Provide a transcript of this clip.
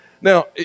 Now